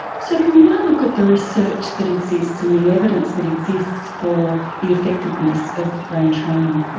so can we now look at the research that exists and the evidence that exists for the effectiveness of brain training?